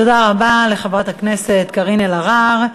תודה רבה לחברת הכנסת קארין אלהרר.